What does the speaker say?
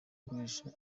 gukoresha